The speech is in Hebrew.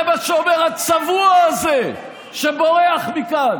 זה מה שאומר הצבוע הזה שבורח מכאן.